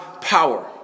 power